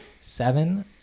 seven